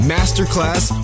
Masterclass